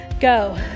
Go